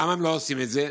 למה הם לא עושים את זה?